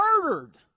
murdered